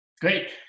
great